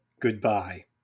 goodbye